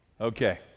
Okay